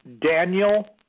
Daniel